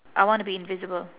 I wanna be invisible